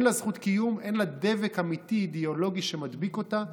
אין לה דבק אידיאולוגי אמיתי שמדביק אותה,